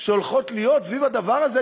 שהולכות להיות סביב הדבר הזה,